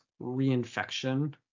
reinfection